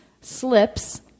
slips